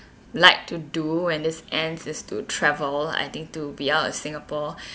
like to do when this ends is to travel I think to be out of singapore